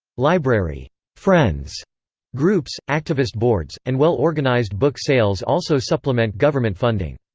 library friends groups, activist boards, and well organized book sales also supplement government funding.